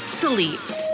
sleeps